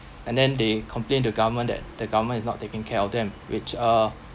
and then they complained the government that the government is not taking care of them which uh